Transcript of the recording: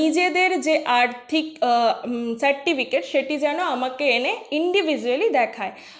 নিজেদের যে আর্থিক সার্টিফিকেট সেটি যেন আমাকে এনে ইন্ডিভিজুয়ালি দেখায়